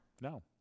No